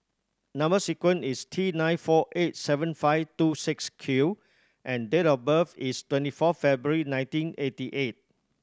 number sequence is T nine four eight seven five two six Q and date of birth is twenty fourth February nineteen eighty eight